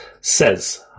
Says